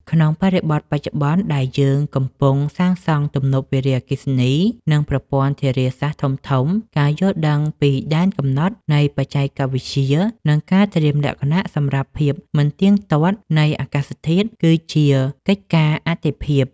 ក្នុងបរិបទបច្ចុប្បន្នដែលយើងកំពុងសាងសង់ទំនប់វារីអគ្គិសនី និងប្រព័ន្ធធារាសាស្ត្រធំៗ ការយល់ដឹងពីដែនកំណត់នៃបច្ចេកវិទ្យា និងការត្រៀមលក្ខណៈសម្រាប់ភាពមិនទៀងទាត់នៃអាកាសធាតុ គឺជាកិច្ចការអាទិភាព។